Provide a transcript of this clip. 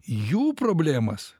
jų problemas